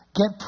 get